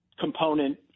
component